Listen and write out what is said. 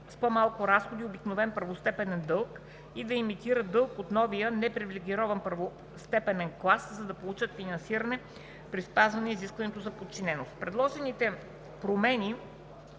с по-малко разходи обикновен първостепенен дълг и да емитират дълг от новия непривилегирован първостепенен клас, за да получат финансиране при спазване на изискването за подчиненост. Предложените промени